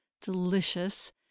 delicious